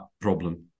problem